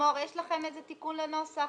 למישהו יש איזה תיקון לנוסח?